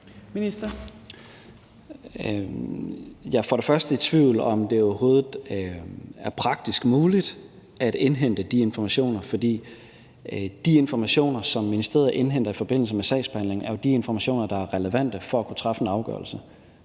Jeg er for det første i tvivl om, om det overhovedet er praktisk muligt at indhente de informationer, for de informationer, som ministeriet indhenter i forbindelse med sagsbehandling, er de informationer, der er relevante for at kunne træffe en afgørelse,